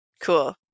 Cool